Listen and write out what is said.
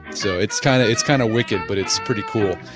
so it's kind of it's kind of wicked but it's pretty cool.